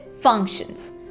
functions